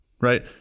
right